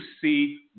see